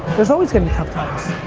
there's always gonna be tough times.